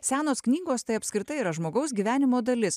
senos knygos tai apskritai yra žmogaus gyvenimo dalis